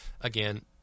again